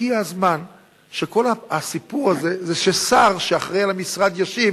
הגיע הזמן שכל הסיפור הזה הוא ששר שאחראי למשרד ישיב